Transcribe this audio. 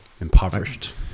Impoverished